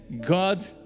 God